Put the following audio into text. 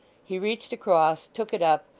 he reached across, took it up,